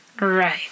Right